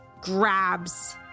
grabs